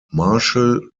marshall